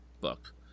book